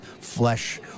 flesh